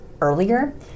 earlier